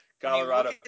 Colorado